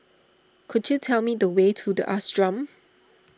could you tell me the way to the Ashram